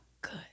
good